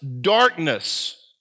darkness